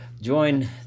join